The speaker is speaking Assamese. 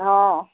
অঁ